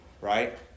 right